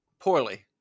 poorly